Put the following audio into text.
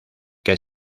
que